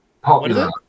Popular